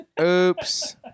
Oops